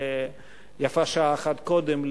ויפה שעה אחת קודם,